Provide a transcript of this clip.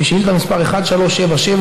שאילתה מס' 1377,